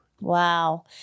Wow